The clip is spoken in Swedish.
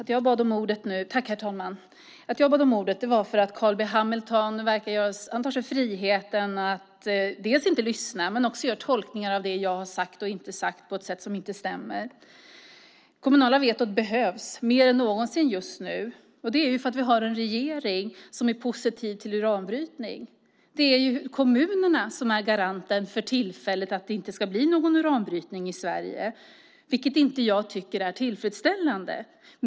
Herr talman! Jag bad om ordet för att Carl B Hamilton tar sig friheten att dels inte lyssna, dels göra tolkningar av det jag har sagt och inte på ett sätt som inte stämmer. Det kommunala vetot behövs mer än någonsin just nu. Det är för att vi har en regering som är positiv till uranbrytning. Det är kommunerna som för tillfället är garanten för att det inte ska bli någon uranbrytning i Sverige, vilket jag inte tycker är tillfredsställande.